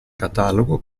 catalogo